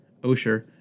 Osher